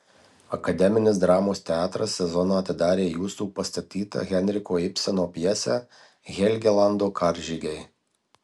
akademinis dramos teatras sezoną atidarė jūsų pastatyta henriko ibseno pjese helgelando karžygiai